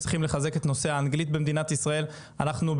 אנחנו ברמה טובה באנגלית אבל לא מספיק טובה בשביל ההייטק,